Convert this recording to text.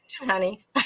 honey